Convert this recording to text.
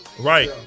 Right